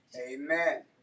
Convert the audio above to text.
Amen